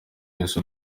wese